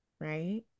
right